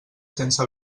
sense